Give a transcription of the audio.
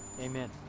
Amen